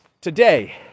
today